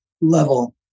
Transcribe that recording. level